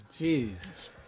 Jeez